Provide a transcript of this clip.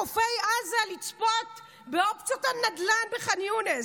היא שטה לחופי עזה לצפות באופציות של נדל"ן בח'אן יונס.